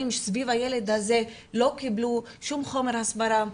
סביב הילד הזה לא קיבלו שום חומר הסברה,